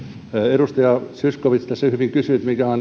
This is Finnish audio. edustaja zyskowicz tässä hyvin kysyi mikä on